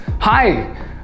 Hi